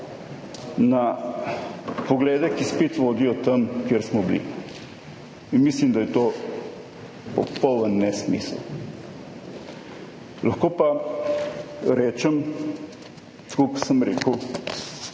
na poglede, ki spet vodijo tja, kjer smo bili, in mislim, da je to popoln nesmisel. Lahko pa rečem, tako kot sem rekel